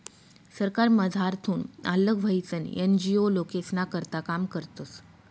सरकारमझारथून आल्लग व्हयीसन एन.जी.ओ लोकेस्ना करता काम करतस